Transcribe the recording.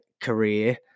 career